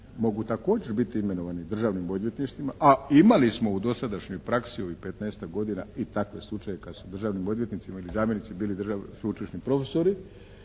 mogu također biti imenovani državnim odvjetnicima a imali smo u dosadašnjih praksi u ovih petnaestak godina kad su državni odvjetnici ili zamjenici bili sveučilišni profesori